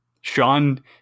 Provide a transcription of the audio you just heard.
Sean